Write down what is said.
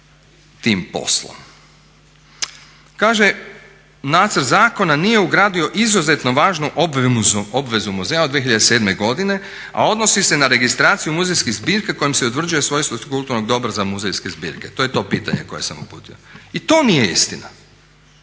tim poslom. Kaže nacrt zakona nije ugradio izuzetno važnu obvezu muzeja od 2007. godine, a odnosi se na registraciju muzejskih zbirki kojom se utvrđuje svojstvo kulturnog dobra za muzejske zbirke. To je to pitanje koje sam uputio. I to nije istina.